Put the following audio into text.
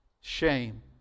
Shame